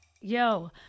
Yo